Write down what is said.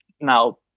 Now